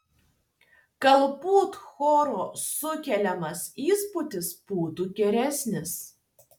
galbūt choro sukeliamas įspūdis būtų geresnis